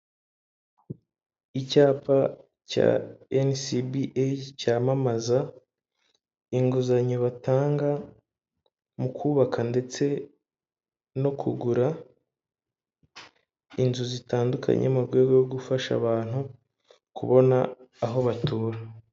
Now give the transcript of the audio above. Icyapa cya NCBA, cyamamaza inguzanyo batanga mu kubaka ndetse no kugura inzu zitandukanye mu rwego rwo gufasha abantu kubona aho batura.